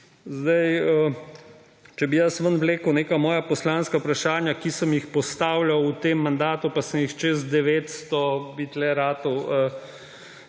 Če bi jaz ven vlekel neka svoja poslanska vprašanja, ki sem jih postavljal v tem mandatu, pa sem jih čez 900, bi tu